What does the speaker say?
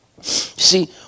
See